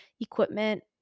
equipment